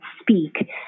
speak